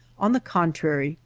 on the contrary,